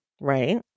Right